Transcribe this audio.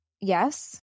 Yes